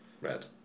red